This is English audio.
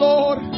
Lord